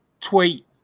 tweet